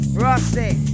rusty